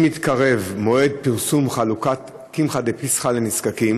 עם התקרב מועד פרסום חלוקת "קמחא דפסחא" לנזקקים